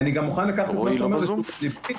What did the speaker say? ואני גם מוכן לקחת את מה שאתה אומר לתשומת ליבי.